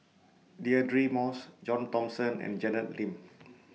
Deirdre Moss John Thomson and Janet Lim